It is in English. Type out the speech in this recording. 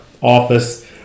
office